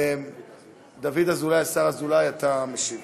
דוד אזולאי, השר אזולאי, אתה משיב.